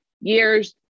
years